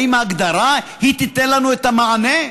האם ההגדרה היא שתיתן לנו את המענה?